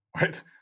right